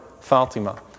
Fatima